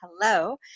hello